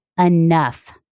enough